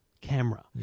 camera